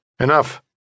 Enough